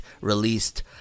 released